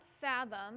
fathom